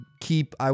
keep